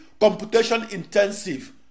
computation-intensive